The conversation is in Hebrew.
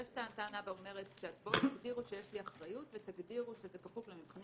יש טענה שאומרת: תגדירו שיש לי אחריות ותגדירו שזה כפוף למבחנים